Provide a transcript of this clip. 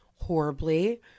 horribly